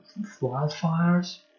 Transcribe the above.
wildfires